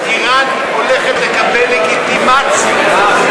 איראן הולכת לקבל לגיטימציה.